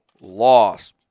Loss